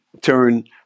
turn